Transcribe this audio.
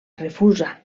refusa